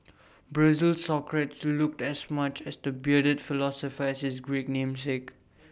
Brazil's Socrates looked as much as the bearded philosopher as his Greek namesake